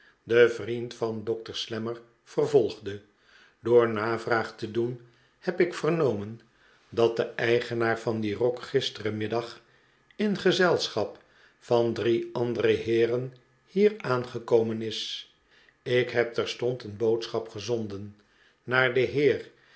de vriend van dokter slammer vervolgde door navraag te doen heb ik vernomen dat de eigenaar van dien rok gistermiddag in gezelschap van drie andere heeren hier aangekomen is ik heb terstond een boodschap gezonden naar den heer